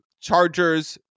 Chargers